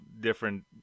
different